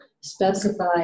specify